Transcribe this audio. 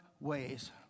ways